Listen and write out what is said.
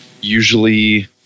usually